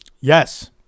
Yes